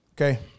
okay